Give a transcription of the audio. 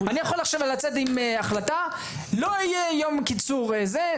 אני יכול לצאת עכשיו עם החלטה לא יהיה יום קיצור זה,